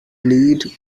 lead